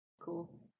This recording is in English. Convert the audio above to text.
Cool